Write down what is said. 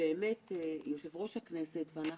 אני זוכרת גם את הימים של ההמתנה,